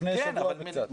לפני שבוע וקצת.